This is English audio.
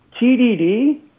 TDD